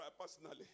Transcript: personally